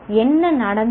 என்ன நடந்தது